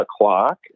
o'clock